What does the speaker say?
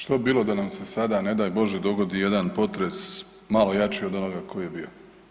Što bi bilo da nam se sada ne daj Bože dogodi jedan potres malo jači od onoga koji je bio?